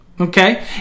Okay